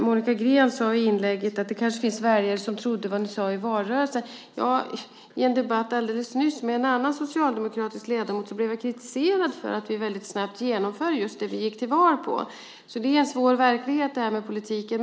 Monica Green sade i inlägget att det kanske finns väljare som trodde på vad vi sade i valrörelsen. I en debatt alldeles nyss med en annan socialdemokratisk ledamot blev jag kritiserad för att vi väldigt snabbt genomför just det som vi gick till val på. Det är en svår verklighet, det här med politiken.